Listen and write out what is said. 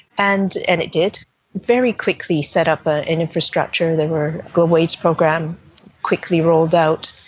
and and it did very quickly set up an infrastructure. there were global aids programs quickly rolled out,